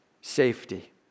safety